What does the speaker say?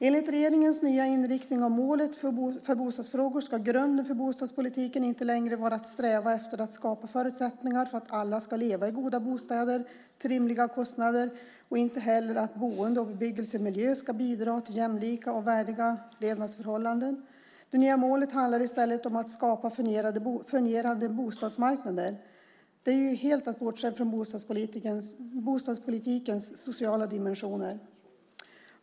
Enligt regeringens nya inriktning för målet för bostadsfrågor ska grunden för bostadspolitiken inte längre vara att sträva efter att skapa förutsättningar för att alla ska leva i goda bostäder till rimliga kostnader och inte heller att boende och bebyggelsemiljö ska bidra till jämlika och värdiga levnadsförhållanden. Det nya målet handlar i stället om att skapa fungerande bostadsmarknader. Det är helt att bortse från bostadspolitikens sociala dimensioner.